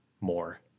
more